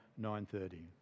9.30